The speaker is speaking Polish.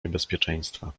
niebezpieczeństwa